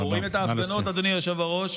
נא לסיים.